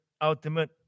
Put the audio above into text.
ultimate